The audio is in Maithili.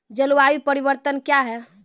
जलवायु परिवर्तन कया हैं?